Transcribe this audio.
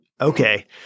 okay